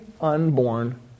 unborn